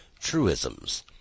truisms